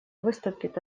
выступит